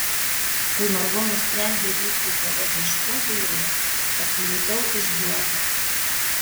kai margo nusprendė vykti į koledžą škotijoje pasijutau išduota